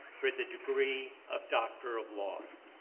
for the degree of doctor of laws.